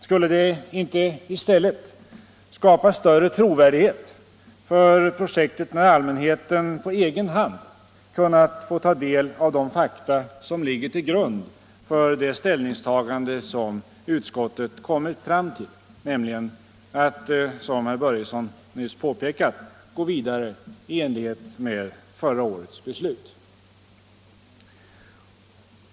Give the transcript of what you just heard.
Skulle det inte i stället skapa större trovärdighet för projektet, om allmänheten på egen hand kunde ta del av de fakta som ligger till grund för det ställningstagande som utskottet kommit fram till, nämligen att gå vidare i enlighet med förra årets beslut? Det påpekandet gjorde också herr Börjesson i Glömminge alldeles nyss.